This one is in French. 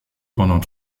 pendant